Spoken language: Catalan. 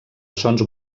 sons